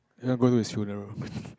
ya going his funeral